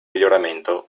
miglioramento